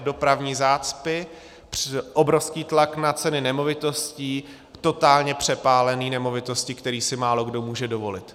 Dopravní zácpy, obrovský tlak na ceny nemovitostí, totálně přepálené nemovitosti, které si málokdo může dovolit.